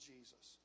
Jesus